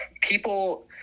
people